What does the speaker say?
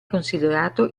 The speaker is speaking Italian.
considerato